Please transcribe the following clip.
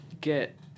Get